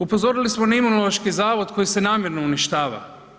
Upozorili smo na Imunološki zavod koji se namjerno uništava.